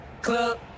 club